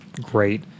great